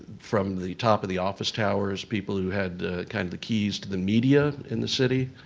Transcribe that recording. from the top of the office towers, people who had kind of the keys to the media in the city,